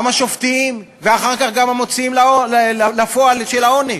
גם השופטים, ואחר כך גם המוציאים לפועל של העונש.